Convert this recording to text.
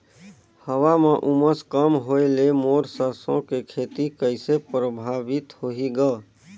हवा म उमस कम होए ले मोर सरसो के खेती कइसे प्रभावित होही ग?